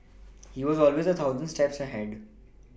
he was always a thousand steps ahead